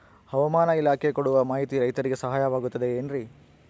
ಹವಮಾನ ಇಲಾಖೆ ಕೊಡುವ ಮಾಹಿತಿ ರೈತರಿಗೆ ಸಹಾಯವಾಗುತ್ತದೆ ಏನ್ರಿ?